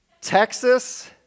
Texas